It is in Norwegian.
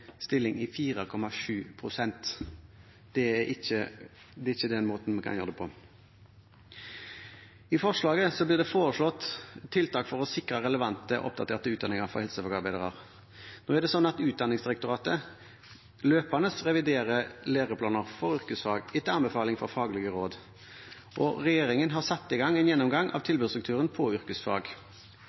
stilling på 4,7 pst. Det er ikke måten å gjøre det på. I forslaget blir det foreslått tiltak for å sikre relevante, oppdaterte utdanninger for helsefagarbeidere. Nå er det slik at Utdanningsdirektoratet løpende reviderer læreplanene for yrkesfag etter anbefaling fra faglige råd, og regjeringen har satt i gang en gjennomgang av tilbudsstrukturen for yrkesfag.